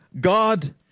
God